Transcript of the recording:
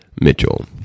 Mitchell